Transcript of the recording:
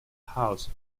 house